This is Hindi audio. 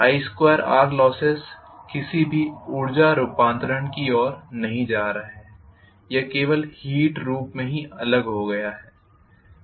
I2R लोसेस किसी भी ऊर्जा रूपांतरण की ओर नहीं जा रहे है यह केवल हीट रूप में ही अलग हो गया है